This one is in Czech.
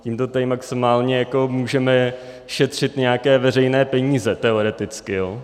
Tímto tedy maximálně jako můžete šetřit nějaké veřejné peníze, teoreticky.